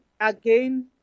again